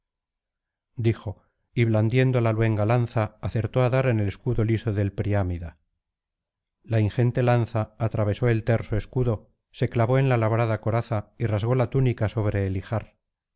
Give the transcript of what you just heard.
dijo y blandiendo la luenga lanza acertó á dar en el escudo liso del priámida la ingente lanza atravesó el terso escudo se clavó en la labrada coraza y rasgó la túnica sobre el